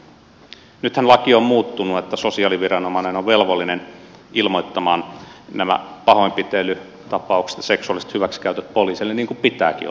nythän laki on muuttunut niin että sosiaaliviranomainen on velvollinen ilmoittamaan nämä pahoinpitelytapaukset ja seksuaaliset hyväksikäytöt poliisille niin kuin pitääkin olla ehdottomasti